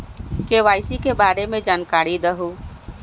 KYC के बारे में जानकारी दहु?